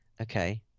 Okay